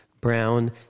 brown